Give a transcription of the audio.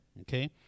okay